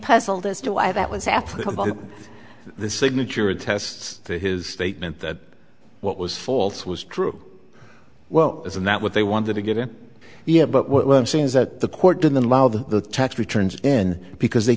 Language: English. puzzled as to why that was after the signature attests to his statement that what was false was true well isn't that what they wanted to get it yeah but what i'm saying is that the court didn't allow the tax returns in because they